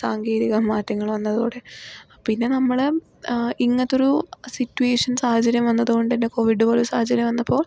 സാങ്കേതിക മാറ്റങ്ങൾ വന്നതോടെ പിന്നെ നമ്മൾ ഇങ്ങനത്തൊരു സിറ്റുവേഷൻ സാഹചര്യം വന്നതുകൊണ്ടു തന്നെ കോവിഡ് പോലൊരു സാഹചര്യം വന്നപ്പോൾ